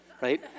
right